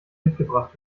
mitgebracht